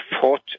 fought